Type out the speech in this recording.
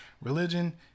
Religion